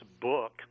book